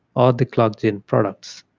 all the clock gene products,